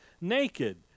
naked